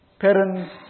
parents